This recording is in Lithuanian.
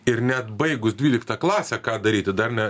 ir net baigus dvyliktą klasę ką daryti dar ne